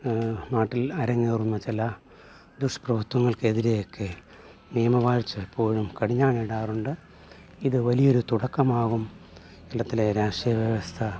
നാട്ടിൽ അരങ്ങേറുന്ന ചില ദുഷ്പ്രവർത്തനങ്ങൾക്ക് എതിരെ നിയമ വാഴ്ച എപ്പോഴും കടിഞ്ഞാൺ ഇടാറുണ്ട് ഇത് വലിയ ഒരു തുടക്കമാകും കേളത്തിലെ രാഷ്ട്രീയ വ്യവസ്ഥ